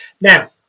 now